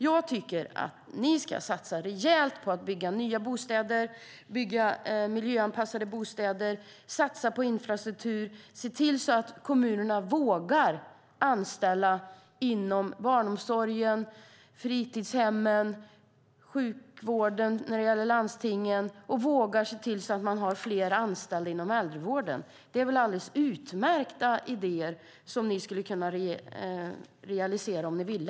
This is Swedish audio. Jag tycker att ni ska satsa rejält på att bygga nya bostäder och bygga miljöanpassade bostäder. Jag tycker att ni ska satsa på infrastruktur och se till att kommunerna vågar anställa inom barnomsorgen och fritidshemmen. När det gäller landstingen handlar det om sjukvården. Och det handlar om att våga se till att man har fler anställda inom äldrevården. Det är väl alldeles utmärkta idéer som ni skulle kunna realisera om ni ville?